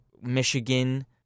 Michigan